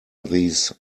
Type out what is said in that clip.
these